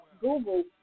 Google